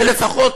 ולפחות,